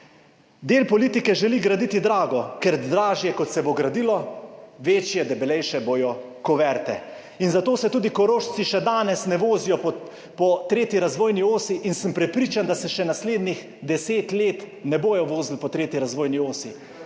Del politike želi graditi drago, ker dražje kot se bo gradilo, večje, debelejše bodo kuverte in zato se tudi Korošci še danes ne vozijo po tretji razvojni osi in sem prepričan, da se še naslednjih deset let ne bodo vozili po tretji razvojni osi,